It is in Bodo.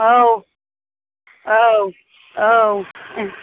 औ औ औ